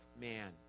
man